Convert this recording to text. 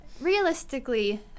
realistically